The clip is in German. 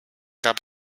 gab